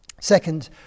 Second